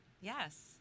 Yes